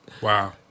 Wow